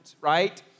right